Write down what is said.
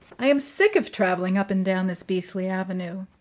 i am sick of traveling up and down this beastly avenue.